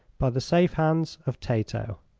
by the safe hands of tato.